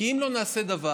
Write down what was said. כי אם לא נעשה דבר,